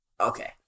Okay